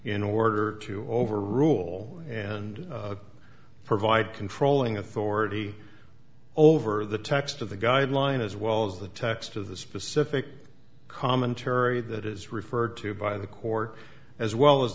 in order to overrule and provide controlling authority over the text of the guideline as well as the text of the specific commentary that is referred to by the court as well as